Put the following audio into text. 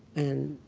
and